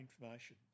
information